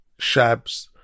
Shabs